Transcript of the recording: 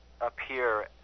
appear